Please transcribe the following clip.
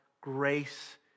grace